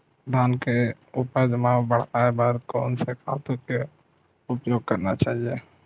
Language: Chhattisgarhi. धान के उपज ल बढ़ाये बर कोन से खातु के उपयोग करना चाही?